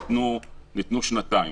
ניתנו שנתיים.